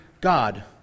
God